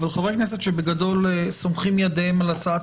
אבל חברי כנסת שבגדול סומכים ידיהם על הצעת